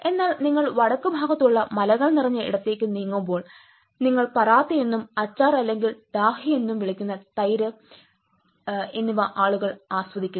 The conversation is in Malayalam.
എന്നാൽ നിങ്ങൾ വടക്കുഭാഗത്തുള്ള മലകൾ നിറഞ്ഞ ഇടത്തേക്ക് നീങ്ങുമ്പോൾ നിങ്ങൾ പറാത്ത എന്നും അച്ചാർ അല്ലെങ്കിൽ ഡാഹി എന്നും വിളിക്കുന്ന തൈര് എന്നിവ ആളുകൾക്ക് ആസ്വദിക്കുന്നു